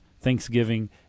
Thanksgiving